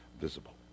visible